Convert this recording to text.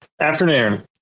Afternoon